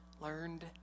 learned